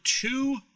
two